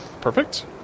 Perfect